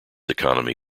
economy